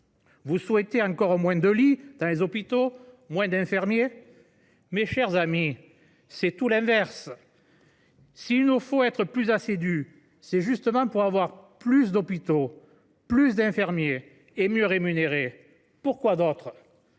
Vous souhaitez encore moins de lits dans les hôpitaux, moins d’infirmiers ? Mais, mes chers amis, c’est tout l’inverse ! S’il nous faut être plus assidus, c’est justement pour avoir plus d’hôpitaux, plus d’infirmiers, et pour que les professionnels